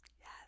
Yes